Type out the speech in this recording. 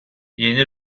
yeni